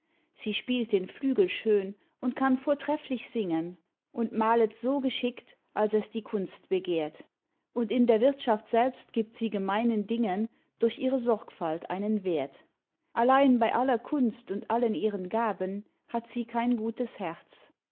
sie spielt den flügel schön und kann vortrefflich singen und malet so geschickt als es die kunst begehrt und in der wirtschaft selbst gibt sie gemeinen dingen durch ihre sorgfalt einen wert allein bei aller kunst und allen ihren gaben hat sie kein gutes herz